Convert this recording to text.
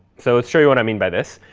so let's show you what i mean by this.